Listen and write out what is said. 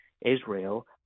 Israel